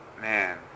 man